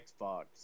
Xbox